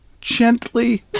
gently